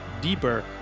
deeper